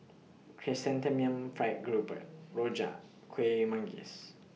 Chrysanthemum Fried Grouper Rojak Kuih Manggis